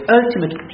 ultimate